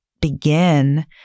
begin